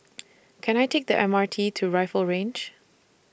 Can I Take The M R T to Rifle Range